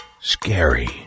scary